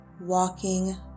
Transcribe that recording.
walking